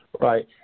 Right